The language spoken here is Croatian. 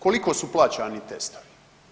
Koliko su plaćani testovi?